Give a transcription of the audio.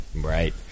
Right